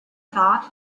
thought